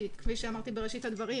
כי כפי שאמרתי בראשית הדברים,